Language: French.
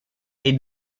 est